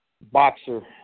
boxer